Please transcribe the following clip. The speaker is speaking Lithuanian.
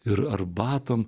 ir arbatom